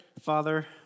Father